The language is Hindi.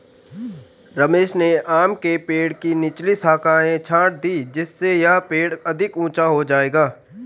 रमेश ने आम के पेड़ की निचली शाखाएं छाँट दीं जिससे यह पेड़ अधिक ऊंचा हो जाएगा